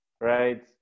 right